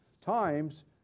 times